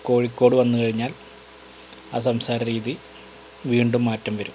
കോഴിക്കോട് വന്ന് കഴിഞ്ഞാൽ ആ സംസാര രീതി വീണ്ടും മാറ്റം വരും